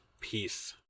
Peace